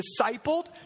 discipled